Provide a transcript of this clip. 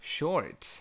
，Short